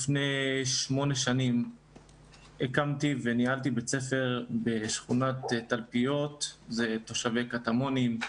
לפני שמונה שנים הקמתי וניהלתי בית ספר בשכונת תלפיות לתושבי קטמונים,